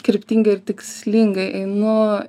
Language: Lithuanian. kryptingai ir tikslingai einu